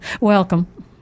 Welcome